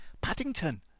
Paddington